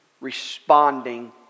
responding